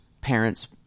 parents